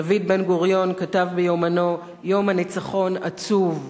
דוד בן-גוריון כתב ביומנו: "יום הניצחון עצוב,